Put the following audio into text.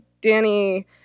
Danny